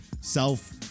self